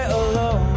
alone